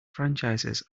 franchises